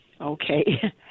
Okay